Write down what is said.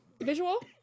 Visual